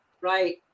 right